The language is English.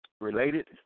Related